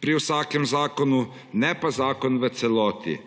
pri vsakem zakonu, ne pa zakon v celoti,